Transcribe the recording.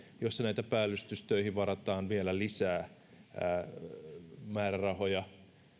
jossa päällystystöihin varataan vielä lisää näitä määrärahoja